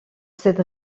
cette